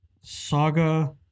Saga